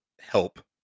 help